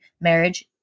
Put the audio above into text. marriage